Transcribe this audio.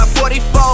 44